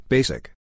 Basic